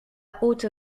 haute